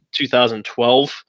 2012